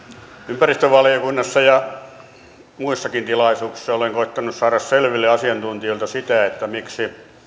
ympäristövaliokunnassa ja muissakin tilaisuuksissa olen koettanut saada selville asiantuntijoilta sitä miksi